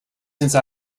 since